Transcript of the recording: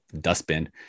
dustbin